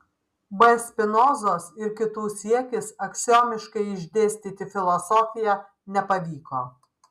b spinozos ir kitų siekis aksiomiškai išdėstyti filosofiją nepavyko